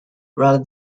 rather